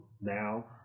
now